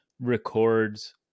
records